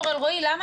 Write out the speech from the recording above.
-- אבל למה